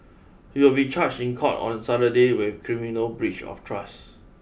he will be charged in court on Saturday with criminal breach of trust